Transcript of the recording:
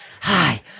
Hi